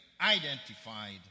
identified